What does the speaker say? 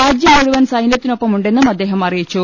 രാജ്യം മുഴുവൻ സൈന്യത്തിനൊപ്പ മുണ്ടെന്നും അദ്ദേഹം അറിയിച്ചു